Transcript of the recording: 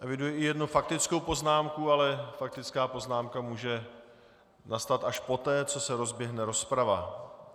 Eviduji i jednu faktickou poznámku, ale faktická poznámka může nastat až poté, co se rozběhne rozprava.